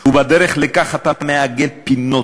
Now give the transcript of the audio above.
ובדרך לכך אתה מעגל פינות,